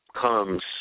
comes